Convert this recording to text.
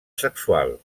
sexual